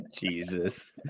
Jesus